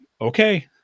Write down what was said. okay